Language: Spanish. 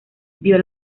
vio